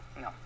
No